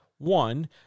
One